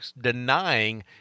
denying